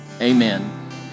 amen